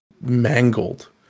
mangled